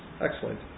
excellent